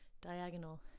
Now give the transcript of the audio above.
diagonal